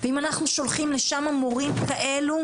ואם אנחנו שולחים לשם מורים כאלה,